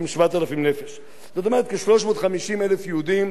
כ-350,000 יהודים מתגוררים היום ביהודה ושומרון.